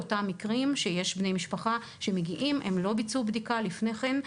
אותם מקרים בהם בני משפחה מגיעים והם לא ביצעו בדיקה לפני כן,